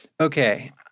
okay